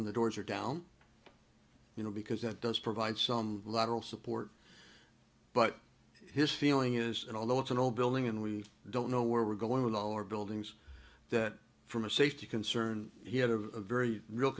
when the doors are down you know because that does provide some lateral support but his feeling is that although it's an old building and we don't know where we're going with all our buildings that from a safety concern he had a very real